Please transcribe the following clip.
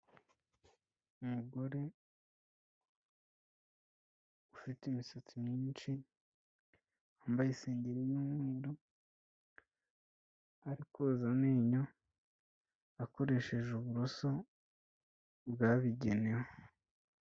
Umugore ufite imisatsi myinshi yambaye isengeri y'umweru, ari koza amenyo akoresheje uburoso bwabigenewe.